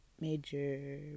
major